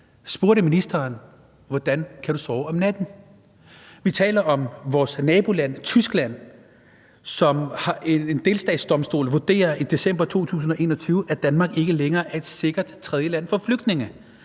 spurgte ministeren: Hvordan kan du sove om natten? Vi taler om vores naboland Tyskland, hvor en delstatsdomstol i december 2021 vurderede, at Danmark ikke længere er et sikkert tredjeland for flygtninge.